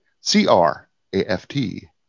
c-r-a-f-t